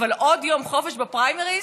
אבל עוד יום חופש בפריימריז,